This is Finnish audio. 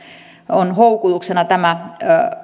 on houkutuksena tämä